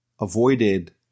avoided